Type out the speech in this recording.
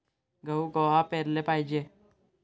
गहू कवा पेराले पायजे?